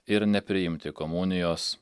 ir nepriimti komunijos